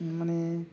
মানে